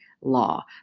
law